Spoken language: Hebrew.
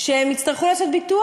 מי ייתן על כך את הדין?